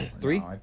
Three